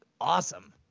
awesome